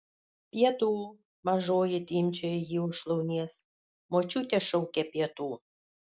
pietų mažoji timpčioja jį už šlaunies močiutė šaukia pietų